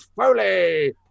Foley